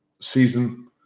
season